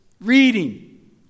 Reading